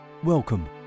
Welcome